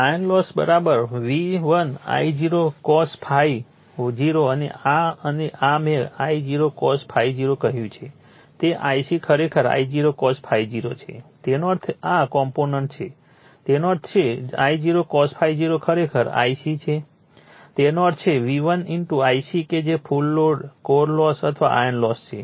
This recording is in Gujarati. iron loss V1 I0 cos ∅0 અને આ અને આ મેં I0 cos ∅0 કહ્યું કે તે Ic ખરેખર I0 cos ∅0 છે તેનો અર્થ આ કોમ્પોનન્ટ છે તેનો અર્થ છે I0 cos ∅0 ખરેખર Ic છે તેનો અર્થ છે V1 Ic કે જે કુલ કોર લોસ અથવા આયર્ન લોસ છે